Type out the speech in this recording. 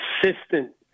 consistent